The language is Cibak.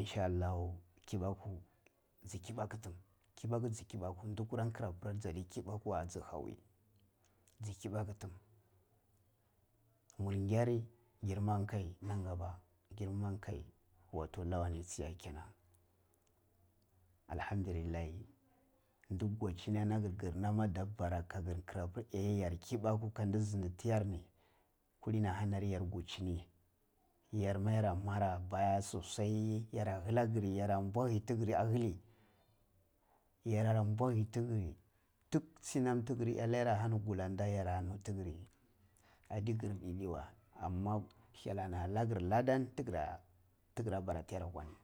insha allahu ji kibaku tum kibuka di talla kirapir jaddi kibaku we ji kibaku di talla kirapir jaddi kibaku tum mur gyari gimai kai nankaba girman kai wato lawanin tsiya kenan allahamdillahi di kwai chi la giri nam ada bara gagir nkirabirayar kibaku kadi sindi tiyar kullini ahaniri yar gwaichini yarma yara mara baya sosai alla giri sosai yara bohi tigiri ahila yara bohi tigiri dik chi diki ella gulanda yara tiggiri addi gir didi weh amma hyel na lagir ladda ni tigi rabba rani.